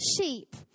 sheep